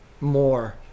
more